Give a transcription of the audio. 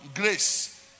grace